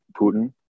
Putin